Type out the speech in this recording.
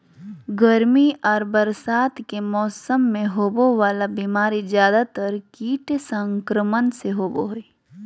गर्मी और बरसात के मौसम में होबे वला बीमारी ज्यादातर कीट संक्रमण से होबो हइ